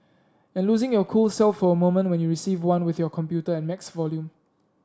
and losing your cool self for a moment when you receive one with your computer at max volume